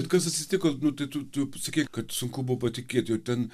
kas atsitiko nu tai tu tu sakei kad sunku buvo patikėti jau ten